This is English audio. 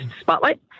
Spotlight